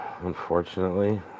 unfortunately